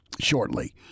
shortly